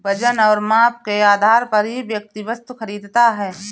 वजन और माप के आधार पर ही व्यक्ति वस्तु खरीदता है